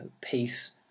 peace